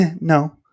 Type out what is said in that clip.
no